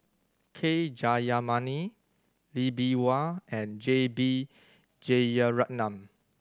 K Jayamani Lee Bee Wah and J B Jeyaretnam